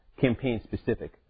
campaign-specific